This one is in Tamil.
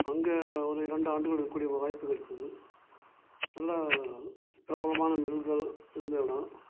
அங்கே ஒரு ரெண்டு ஆண்டுகள் இருக்கக்கூடிய வாய்ப்பு கிடச்சிது நல்லா பிரபலமான நபர்கள் இருந்த இடம்